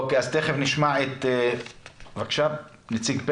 אוקיי, אז תיכף נשמע את נציג פלס.